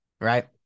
right